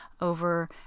over